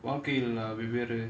வெவ்வேறு:vevvaeru